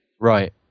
Right